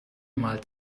mal